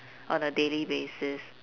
on a daily basis